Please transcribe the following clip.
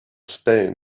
spain